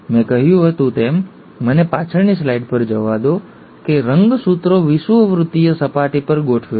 મેં તમને કહ્યું હતું કે મને પાછળની સ્લાઇડ પર પાછા જવા દો કે રંગસૂત્રો વિષુવવૃત્તીય સપાટી પર ગોઠવે છે